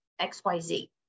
XYZ